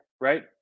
right